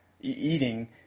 eating